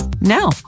now